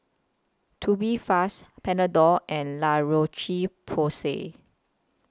Tubifast Panadol and La Roche Porsay